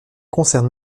concerne